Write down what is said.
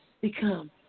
become